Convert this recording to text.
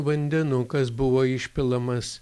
vandenukas buvo išpilamas